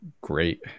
great